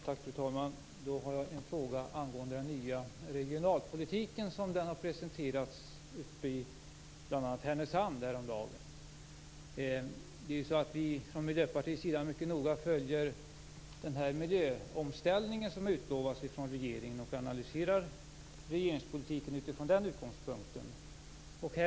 Fru talman! Jag har en fråga angående den nya regionalpolitiken som denna har presenterats, bl.a. i Härnösand häromdagen. Vi i Miljöpartiet följer mycket noga den miljöomställning som utlovats av regeringen och analyserar regeringspolitiken från den utgångspunkten.